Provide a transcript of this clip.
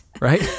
Right